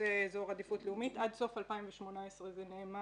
בקיבוצי אזור עדיפות לאומית עד סוף 2018. זה נאמר.